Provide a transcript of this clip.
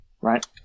right